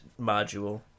module